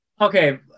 Okay